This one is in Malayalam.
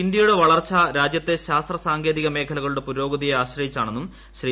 ഇന്ത്യയുടെ വളർച്ച രാജ്യത്തെ ശാസ്ത്ര സാങ്കേതിക് മേഖ്ലകളുടെ പുരോഗതിയെ ആശ്രയിച്ചാണെന്നും ശ്രീ